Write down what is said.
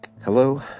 Hello